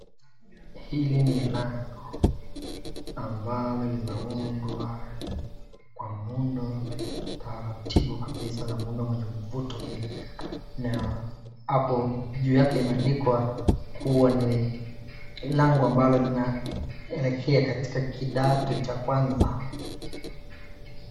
Hili ni lango ambalo linaundwa kwa muundo taratibu kabisa na muundo mwenye mvuto mingi na hapo juu yake imeandikwa kuwa ni lango ambalo linaelekea katika kidato cha kwaza.